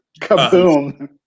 kaboom